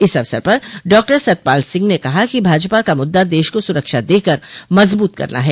इस अवसर पर डॉक्टर सतपाल सिंह ने कहा कि भाजपा का मुद्दा देश को सुरक्षा देकर मजबूत करना है